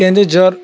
Keonjhar